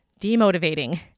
demotivating